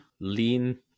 lean